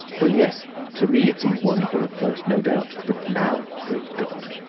well, yes to me it seemed wonderful at first, no doubt. but now, great god.